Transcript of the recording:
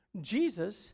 Jesus